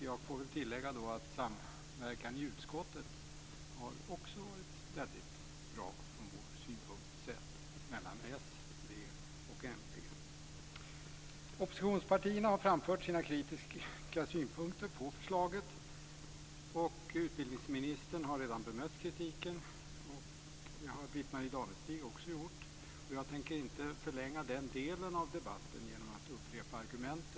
Jag får väl tillägga att samverkan i utskottet också har varit väldigt bra från vår synpunkt sett mellan socialdemokrater, vänsterpartister och miljöpartister. Oppositionspartierna har framfört sina kritiska synpunkter på förslaget, och utbildningsministern har redan bemött kritiken. Det har också Britt-Marie Danestig gjort. Och jag tänker inte förlänga den delen av debatten genom att upprepa argumenten.